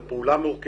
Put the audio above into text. זו פעולה מורכבת.